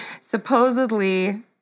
supposedly